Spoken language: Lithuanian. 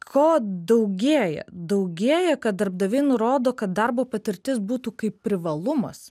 ko daugėja daugėja kad darbdaviai nurodo kad darbo patirtis būtų kaip privalumas